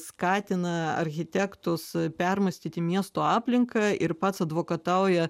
skatina architektus permąstyti miesto aplinką ir pats advokatauja